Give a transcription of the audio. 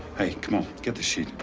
hey, come on. get the sheet.